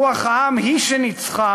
רוח העם היא שניצחה,